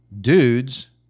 dudes